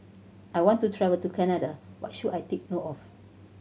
I want to travel to Canada What should I take note of